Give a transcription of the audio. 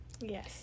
yes